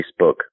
Facebook